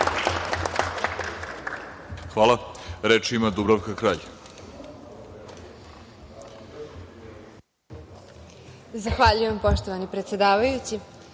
Hvala. Reč ima Dubravka Kralj.